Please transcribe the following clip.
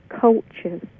cultures